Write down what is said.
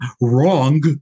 wrong